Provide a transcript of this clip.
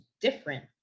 different